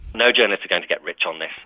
no journalists are going to get rich on this,